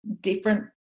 different